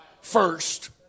first